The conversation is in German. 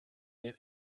den